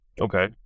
Okay